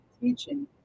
teaching